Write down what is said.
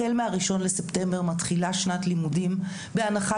החל מהראשון לספטמבר מתחילה שנת לימודים ובהנחה